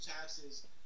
taxes